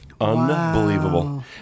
Unbelievable